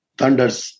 thunders